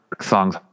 songs